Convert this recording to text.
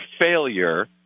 failure